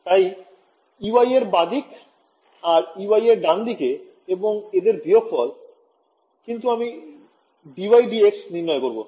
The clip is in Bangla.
তাই Ey এর বাঁদিকে আর Ey এর ডানদিকে এবং এদের বিয়োগফল কিন্তু আমি dEy dx নির্ণয় করবো